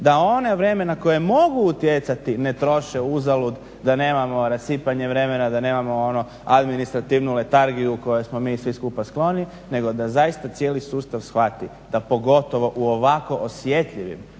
da on vrijeme na koje mogu utjecati ne troše uzalud. Da nemamo rasipanje vremena, da nemamo ono administrativnu letargiju kojoj smo mi svi skupa skloni nego da zaista cijeli sustav shvati da pogotovo u ovako osjetljivim